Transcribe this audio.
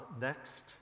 next